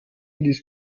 ließ